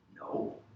No